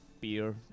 beer